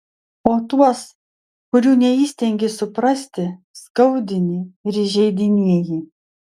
o tuos kurių neįstengi suprasti skaudini ir įžeidinėji